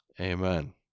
Amen